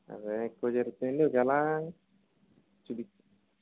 అదే ఎక్కువ జరిగితే అండి ఒకేలా చూపిత్